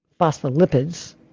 phospholipids